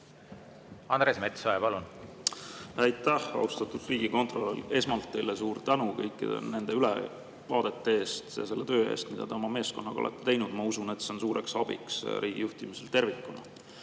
Andres Metsoja, palun! Aitäh, austatud riigikontrolör! Esmalt, suur tänu selle ülevaate eest ja selle töö eest, mida te oma meeskonnaga olete teinud. Ma usun, et see on suureks abiks riigi juhtimisel tervikuna.